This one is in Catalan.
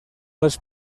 les